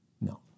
No